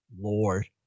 Lord